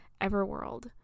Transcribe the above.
Everworld